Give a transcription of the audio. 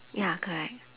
ya correct